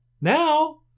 now